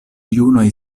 junaj